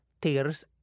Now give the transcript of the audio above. tears